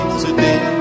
today